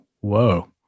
whoa